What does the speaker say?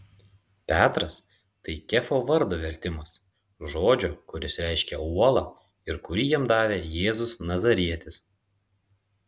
petras tai kefo vardo vertimas žodžio kuris reiškia uolą ir kurį jam davė jėzus nazarietis